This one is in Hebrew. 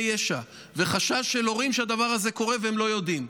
ישע וחשש של הורים שהדבר הזה קורה והם לא יודעים.